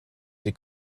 sie